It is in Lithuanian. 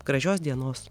gražios dienos